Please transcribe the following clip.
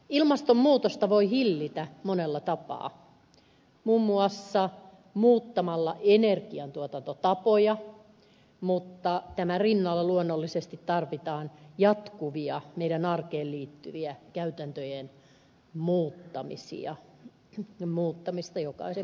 ilmastonmuutosta voi hillitä monella tapaa muun muassa muuttamalla energiantuotantotapoja mutta tämän rinnalla luonnollisesti tarvitaan jatkuvia meidän arkeemme liittyviä käytäntöjen muuttamisia muuttamista jokaisen meidän kohdalla